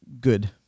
good